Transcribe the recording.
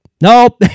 nope